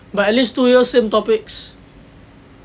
but at least two years same topics